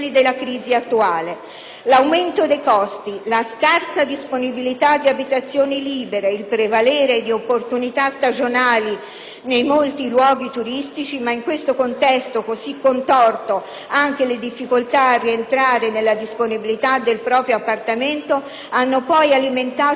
L'aumento dei costi, la scarsa disponibilità di abitazioni libere, il prevalere di opportunità stagionali nei molti luoghi turistici, ma, in questo contesto così contorto, anche le difficoltà a rientrare nella disponibilità del proprio appartamento, hanno poi alimentato una crescita continua e a